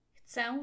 Chcę